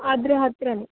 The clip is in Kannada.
ಅದರ ಹತ್ತಿರನೆ